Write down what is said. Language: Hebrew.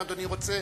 אם אדוני רוצה,